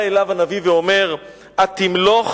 בא אליו הנביא ואומר: "התמלך